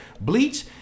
bleach